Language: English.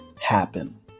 happen